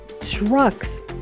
trucks